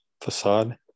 facade